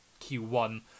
Q1